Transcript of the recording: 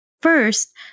First